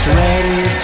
ready